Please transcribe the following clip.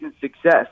success